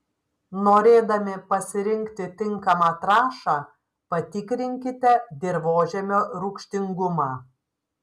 norėdami pasirinkti tinkamą trąšą patikrinkite dirvožemio rūgštingumą